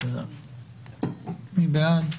מי בעד?